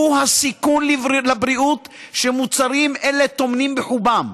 הסיכון לבריאות שמוצרים אלה טומנים בחובם.